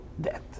death